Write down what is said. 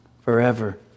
forever